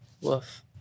Woof